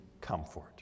comfort